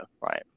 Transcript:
right